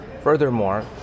furthermore